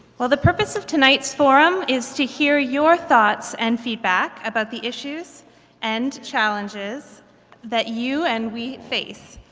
well, the purpose of tonight's forum is to hear your thoughts and feedback about the issues and challenges that you and we face.